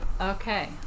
okay